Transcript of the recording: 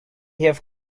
have